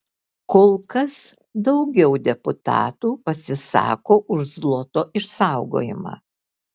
kol kas daugiau deputatų pasisako už zloto išsaugojimą